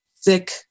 thick